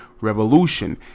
revolution